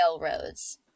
railroads